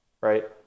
right